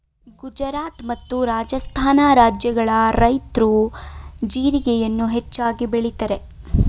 ಗುಜರಾತ್ ಮತ್ತು ರಾಜಸ್ಥಾನ ರಾಜ್ಯಗಳ ರೈತ್ರು ಜೀರಿಗೆಯನ್ನು ಹೆಚ್ಚಾಗಿ ಬೆಳಿತರೆ